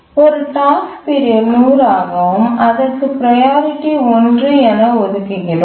ஒரு டாஸ்க்பீரியட் 100 ஆகவும் அதற்கு ப்ரையாரிட்டி 1 என ஒதுக்குகிறோம்